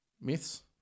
myths